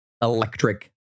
electric